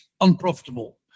unprofitable